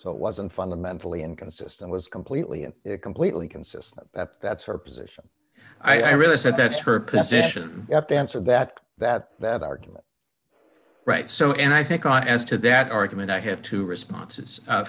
so it wasn't fundamentally inconsistent was completely and completely consistent that that's her position i really said that's her position you have to answer that that that argument right so and i think on as to that argument i have two responses